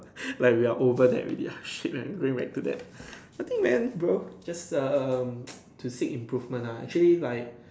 like we are over that already ah shit man going back to that I think man bro just um to seek improvement lah actually like